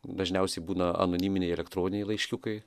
dažniausiai būna anoniminiai elektroniniai laiškiukai